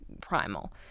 primal